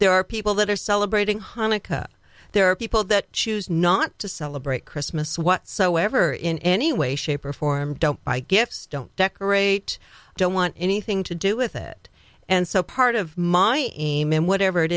there are people that are celebrating hanukkah there are people that choose not to celebrate christmas whatsoever in any way shape or form don't buy gifts don't decorate don't want anything to do with it and so part of my aim and whatever it